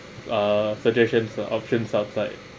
uh suggestion options outside